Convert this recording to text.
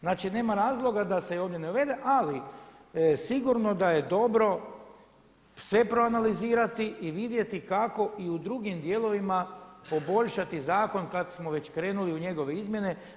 Znači nema razloga da se i ovdje ne uvede, ali sigurno da je dobro sve proanalizirati i vidjeti kako i u drugim dijelovima poboljšati zakon kad smo već krenuli u njegove izmjene.